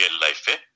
life